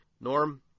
Norm